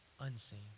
unseen